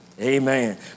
Amen